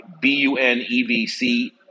B-U-N-E-V-C